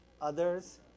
Others